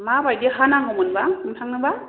माबायदि हा नांगौमोनबा नोंथांनोबा